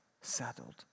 settled